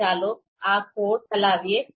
તો ચાલો આ કોડ ચલાવીએ